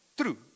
true